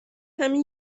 همین